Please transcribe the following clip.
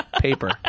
paper